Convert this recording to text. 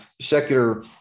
secular